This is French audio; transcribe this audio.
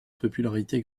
popularité